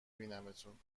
بینمتون